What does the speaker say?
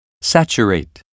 saturate